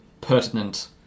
pertinent